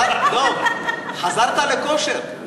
דב, חזרת לכושר.